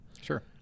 sure